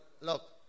look